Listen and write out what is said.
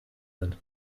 sind